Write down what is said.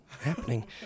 happening